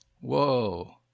Whoa